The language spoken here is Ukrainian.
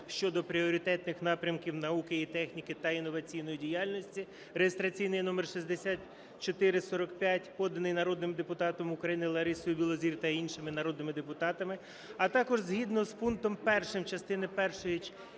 щодо пріоритетних напрямків науки і техніки та інноваційної діяльності (реєстраційний номер 6445), поданий народним депутатом України Ларисою Білозір та іншими народними депутатами, а також згідно з пунктом 1 частини першої